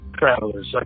travelers